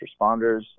responders